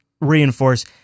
reinforce